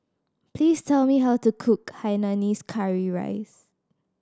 please tell me how to cook hainanese curry rice